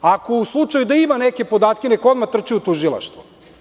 U slučaju da ima neke podatke, neka odmah trči u tužilaštvo.